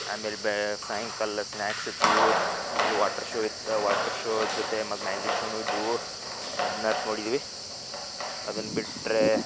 ಆಮೇಲೆ ಬೇ ಸಾಯಂಕಾಲ ಸ್ನಾಕ್ಸ್ ಇದ್ದುವು ಆಮೇಲ್ ವಾಟ್ರ್ ಶೋ ಇತ್ತು ವಾಟ್ರ್ ಶೋ ಜೊತೆ ಮ್ಯಾಜಿಕ್ ಶೋನೂ ಇದ್ದವು ಅದ್ನಾಕ ನೋಡಿದ್ವಿ ಅದನ್ನ ಬಿಟ್ಟರೆ